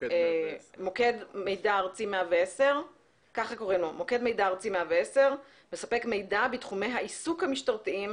מוקד 110 נקרא מוקד מידע ארצי המספק מידע בתחומי העיסוק המשטרתיים,